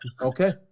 Okay